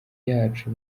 yacu